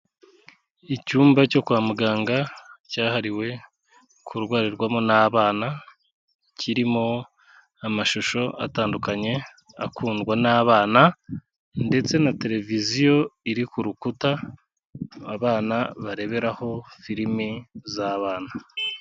Icyumba cyo kwa muganga cyahariwe kurwarirwamo n'abana, kirimo amashusho atandukanye akundwa n'abana, ndetse na televiziyo iri ku rukuta abana bareberaho firimi z'abana.